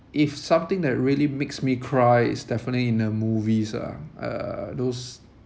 if something that really makes me cry is definitely in the movies ah uh those